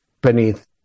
beneath